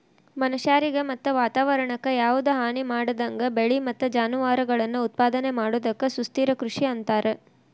ಮನಷ್ಯಾರಿಗೆ ಮತ್ತ ವಾತವರಣಕ್ಕ ಯಾವದ ಹಾನಿಮಾಡದಂಗ ಬೆಳಿ ಮತ್ತ ಜಾನುವಾರಗಳನ್ನ ಉತ್ಪಾದನೆ ಮಾಡೋದಕ್ಕ ಸುಸ್ಥಿರ ಕೃಷಿ ಅಂತಾರ